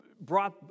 brought